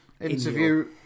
Interview